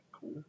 Cool